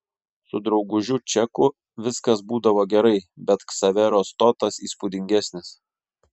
su draugužiu čeku viskas būdavo gerai bet ksavero stotas įspūdingesnis